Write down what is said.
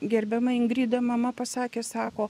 gerbiama ingrida mama pasakė sako